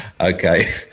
okay